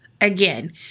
again